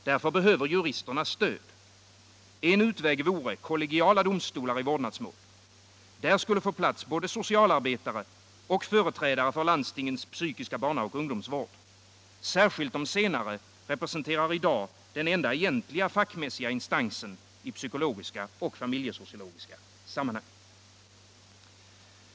Därför behöver juristerna stöd. En utväg vore kollegiala domstolar i vårdnadsmål. Där skulle få plats både socialarbetare och företrädare för landstingens psykiska barnaoch ungdomsvård. Särskilt de senare representerar i dag den egentliga fackmässiga instansen i psykologiska och familjesociologiska sammanhang.